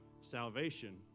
salvation